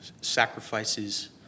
sacrifices